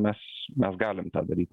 mes mes galim tą daryti